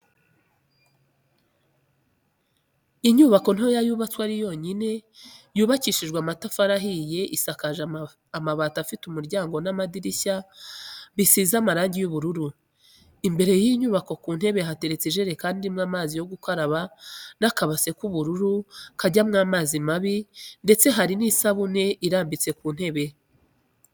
Inyubako ntoya yubatse iri yonyine, yubakishije amatafari ahiye isakaje amabati ifite umuryango n'amadirishya bisize amarangi y'ubururu, imbere y'inyubako ku ntebe hateretse ijerekani irimo amazi yo gukaraba n'akabase k'ubururu kajyamo amazi mabi ndetse hari n'isabuni irambitse ku ntebe.